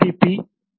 T H